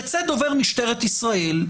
ייצא דובר משטרת ישראל,